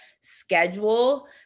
schedule